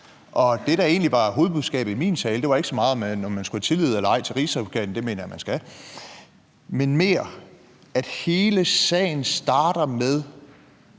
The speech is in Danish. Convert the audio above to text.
Det, der egentlig var hovedbudskabet i min tale, var ikke så meget, om man skulle have tillid eller ej til Rigsadvokaten – det mener jeg man skal – men mere, at hele sagen starter med